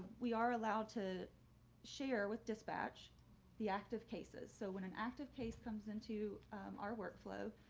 we are allowed to share with dispatch the active cases. so when an active case comes into our workflow,